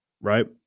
right